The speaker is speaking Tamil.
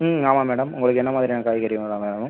ம் ஆமாம் மேடம் உங்களுக்கு என்ன மாதிரியான காய்கறி மேடம் வேணும்